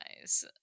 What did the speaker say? guys